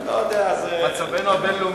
מצבנו הבין-לאומי,